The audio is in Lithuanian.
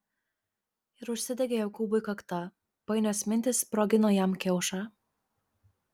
ir užsidegė jokūbui kakta painios mintys sprogino jam kiaušą